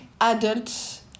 adults